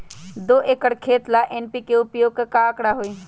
दो एकर खेत ला एन.पी.के उपयोग के का आंकड़ा होई?